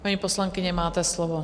Paní poslankyně, máte slovo.